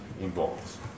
involves